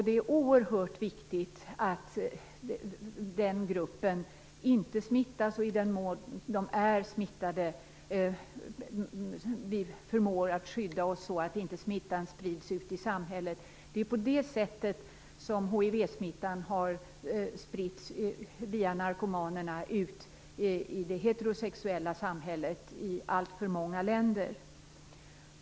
Det är oerhört viktigt att denna grupp inte smittas, och att, i den mån den redan är smittad, vi förmår att skydda oss så att inte smittan sprids ut i samhället. Det är på det sättet hivsmittan har spritts - via narkomanerna ut i det heterosexuella samhället - i alltför många länder.